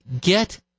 get